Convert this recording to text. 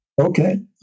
Okay